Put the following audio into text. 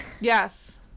Yes